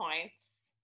points